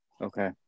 Okay